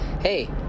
Hey